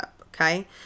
okay